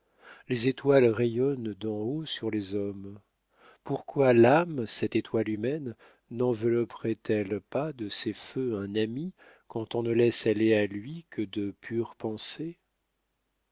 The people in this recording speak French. les étoiles rayonnent d'en haut sur les hommes pourquoi l'âme cette étoile humaine nenvelopperait elle pas de ses feux un ami quand on ne laisse aller à lui que de pures pensées